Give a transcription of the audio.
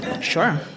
Sure